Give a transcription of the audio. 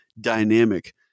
dynamic